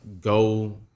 go –